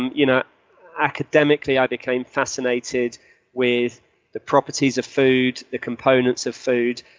you know academically, i became fascinated with the properties of food, the components of food.